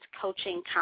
coaching